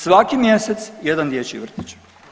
Svaki mjesec jedan dječji vrtić.